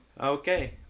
Okay